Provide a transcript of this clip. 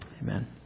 Amen